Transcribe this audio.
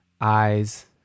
eyes